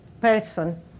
person